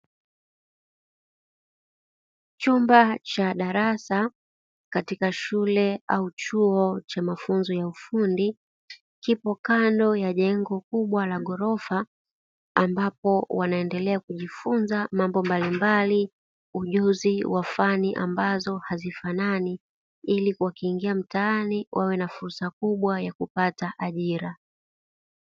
Chumba cha darasa, katika shule au chuo cha mafunzo ya ufundi, kipo kando ya jengo kubwa la ghorofa, ambapo wanaendelea kujifunza mambo mbalimbali, ujuzi wa fani ambazo hazifanani ili wakiingia mtaani wawe na fursa kubwa ya kupata ajira.